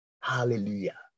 Hallelujah